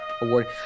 award